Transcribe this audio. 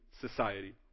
society